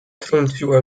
trąciła